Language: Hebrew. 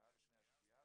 שעה לפני השקיעה,